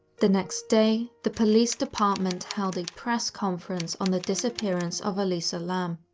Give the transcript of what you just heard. the next day, the police department held a press conference on the disappearance of elisa lam.